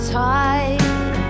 tide